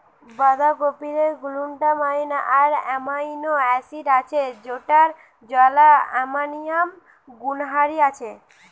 বাঁধাকপিরে glutamine আর amino acid আছে যৌটার জ্বালা কমানিয়ার গুণহারি আছে